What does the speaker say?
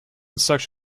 such